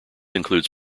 includes